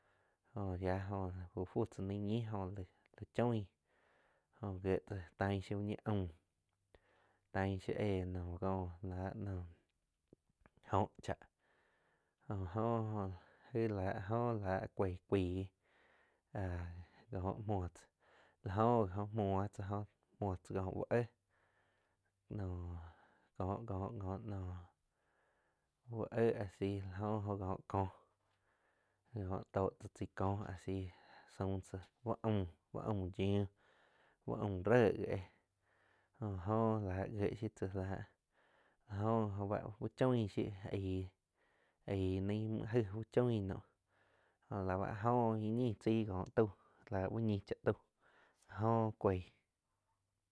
Oh yiá un fu cha ní ñi jo la choing. Jó gie tzáh taing shiu úh ñi aum taaig shiu én no kóh la no njó cháh jo oh aig lá áh jóh la coih cuaij áh ko muo tzá, la oh jo oh muo tzá, muo tzá ko úh éh nó ko-ko-ko naum úh éh asi la jo ko kóh kó tóh tzá taij ko asi saum tzá úh aum uh aum yiu úh aum ré gi éh jó oh la gie shiu tzá láh la jo gi oh báh úh choin shiu aig-aig ni mju aig un choin naum jóh la b´h áh jóh íh ñiin chai kóh taula úh ñih cha tau áh jo cuoig.